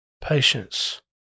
patience